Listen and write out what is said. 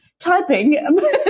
typing